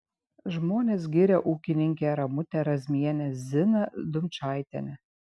žmonės giria ūkininkę ramutę razmienę ziną dumčaitienę